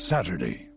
Saturday